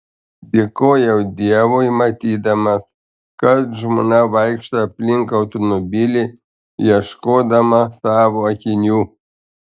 dėkojau dievui matydamas kad žmona vaikšto aplink automobilį ieškodama savo akinių